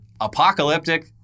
apocalyptic